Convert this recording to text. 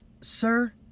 Sir